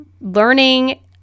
learning